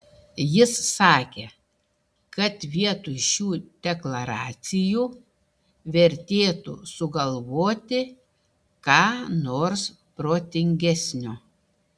jis sakė kad vietoj šių deklaracijų vertėtų sugalvoti ką nors protingesnio